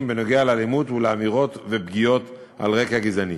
בנוגע לאלימות ולאמירות ופגיעות על רקע גזעני.